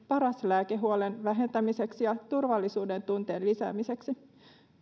paras lääke huolen vähentämiseksi ja turvallisuudentunteen lisäämiseksi